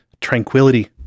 tranquility